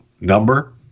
number